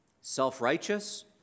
self-righteous